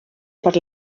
per